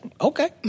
okay